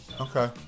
Okay